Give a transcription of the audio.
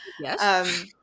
yes